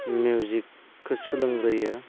मिउजिकखौ सोलोंग्रोयो